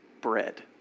bread